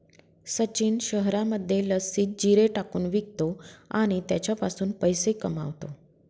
सचिन शहरामध्ये लस्सीत जिरे टाकून विकतो आणि त्याच्यापासून पैसे कमावतो